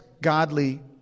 godly